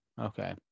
okay